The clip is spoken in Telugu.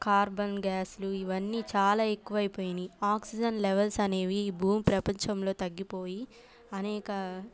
కార్బన్ గ్యాస్లు ఇవన్నీ చాలా ఎక్కువైపోయినియి ఆక్సిజన్ లెవెల్స్ అనేవి ఈ భూప్రపంచంలో తగ్గిపోయి అనేక